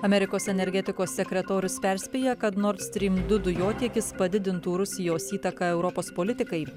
amerikos energetikos sekretorius perspėja kad nord strym du dujotiekis padidintų rusijos įtaką europos politikai